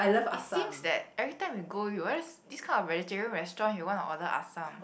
it seems that every time we go you realize this kind of vegetarian restaurant you want to order assam